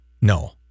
No